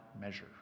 measure